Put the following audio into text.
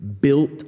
built